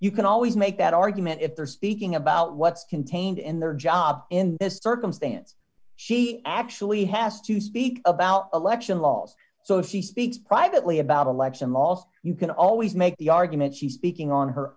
you can always make that argument if they're speaking about what's contained in their job in this circumstance she actually has to speak about election laws so she speaks privately about election laws you can always make the argument she's speaking on her